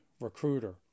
recruiter